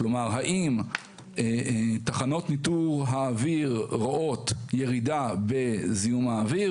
כלומר האם תחנות ניטור האוויר רואות ירידה בזיהום האוויר?